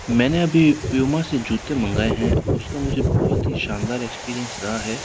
मैंने अभी प्यूमा से जूते मंगाए हैं उसका मुझे बहुत ही शानदार एक्सपीरियंस रहा है